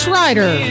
rider